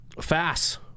Fast